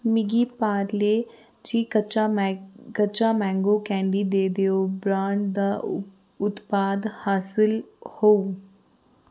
मिगी पार्ले जी कच्चा मै कच्चा मैंगो कैंडी ते देओ ब्रांड दा उत्पाद हासल होग